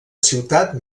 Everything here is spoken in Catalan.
ciutat